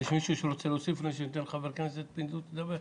יש מישהו שרוצה להוסיף לפני שאני נותן לחבר הכנסת פינדרוס לדבר?